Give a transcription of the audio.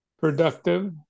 productive